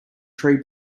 tree